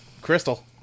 Crystal